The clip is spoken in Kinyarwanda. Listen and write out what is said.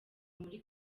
muri